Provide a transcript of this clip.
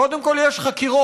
קודם כול יש חקירות,